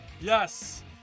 Yes